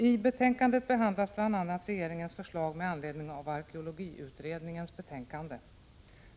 I betänkandet behandlas bl.a. regeringens förslag med anledning av arkeologiutredningens betänkande.